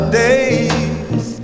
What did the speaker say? days